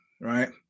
right